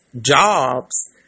jobs